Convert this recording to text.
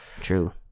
True